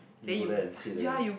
you go there and sit again